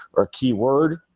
or keyword,